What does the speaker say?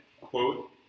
quote